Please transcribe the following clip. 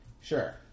sure